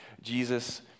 Jesus